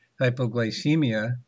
hypoglycemia